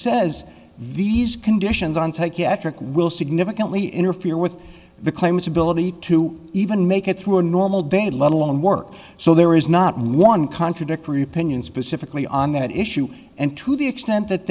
says these conditions on psychiatric will significantly interfere with the claims ability to even make it through a normal day let alone work so there is not one contradictory opinions specifically on that issue and to the extent that